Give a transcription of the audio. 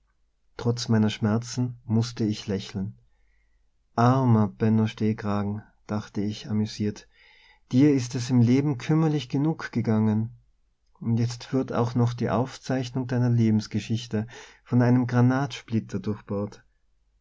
trotz meiner schmerzen mußte ich lächeln armer benno stehkragen dachte ich amüsiert dir ist es im leben kümmerlich genug gegangen und jetzt wird auch noch die aufzeichnung deiner lebensgeschichte von einem granatsplitter